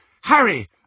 Harry